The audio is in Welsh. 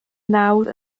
nawdd